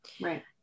Right